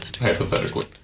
Hypothetically